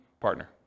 partner